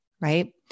Right